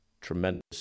tremendous